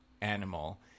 animal